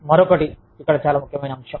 మరొక ఇక్కడ చాలా ముఖ్యమైన అంశం